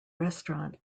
restaurant